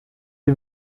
die